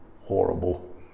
horrible